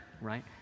right